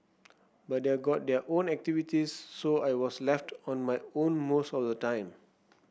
but they're got their own activities so I was left on my own most of the time